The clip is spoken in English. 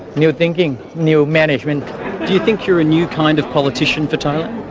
new thinking, new management. do you think you're a new kind of politician for thailand?